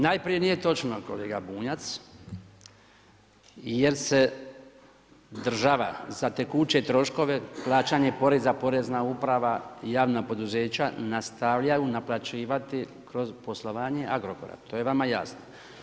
Najprije nije točno kolega Bunjac jer se država za tekuće troškova plaćanje poreza, porezna uprava, javna poduzeća nastavljaju naplaćivati kroz poslovanje Agrokora, to je vama jasno.